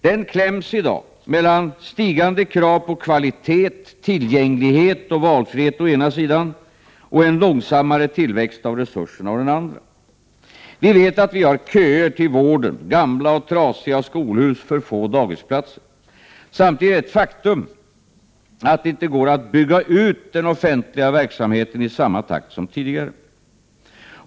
Den kläms i dag mellan stigande krav på kvalitet, tillgänglighet och valfrihet å den ena sidan och en långsammare tillväxt av resurserna å den andra. Vi vet att vi har köer till vården, gamla och trasiga skolhus, för få dagisplatser. Samtidigt är det ett faktum att det inte går att bygga ut den offentliga verksamheten i samma takt som tidigare.